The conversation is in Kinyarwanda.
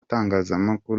tangazamakuru